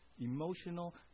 emotional